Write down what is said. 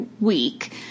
week